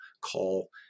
call